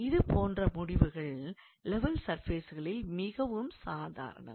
இது போன்ற முடிவுகள் லெவல் சர்ஃபேஸ்களில் மிகவும் சாதாரணம்